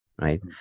right